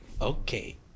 okay